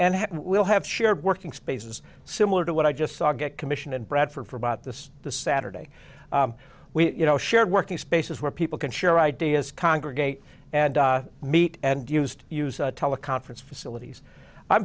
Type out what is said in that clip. we'll have shared working spaces similar to what i just saw get commission and bradford for about this the saturday we you know shared working spaces where people can share ideas congregate and meet and used to use a teleconference facilities i'm